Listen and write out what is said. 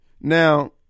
Now